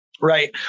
Right